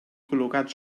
col·locat